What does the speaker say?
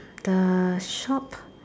the shop